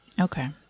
Okay